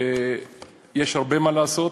יש הרבה מה לעשות,